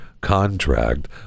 contract